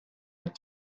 had